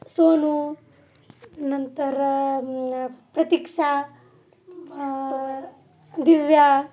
सोनू नंतर प्रतिक्षा दिव्या